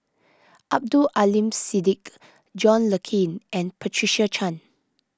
Abdul Aleem Siddique John Le Cain and Patricia Chan